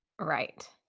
Right